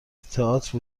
تئاتر